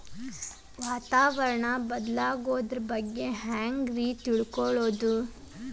ವಾತಾವರಣ ಬದಲಾಗೊದ್ರ ಬಗ್ಗೆ ಹ್ಯಾಂಗ್ ರೇ ತಿಳ್ಕೊಳೋದು?